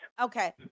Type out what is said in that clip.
Okay